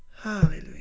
Hallelujah